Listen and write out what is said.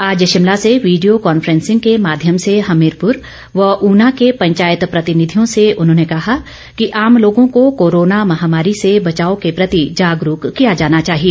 आज शिमला से video conferencing के माध्यम से हमीरपुर व ऊना के पंचायत प्रतिनिधियों से उन्होंने कहा कि आम लोगों को कोरोना महामारी से बचाव के प्रति जागरूक किया जाना चाहिए